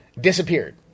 disappeared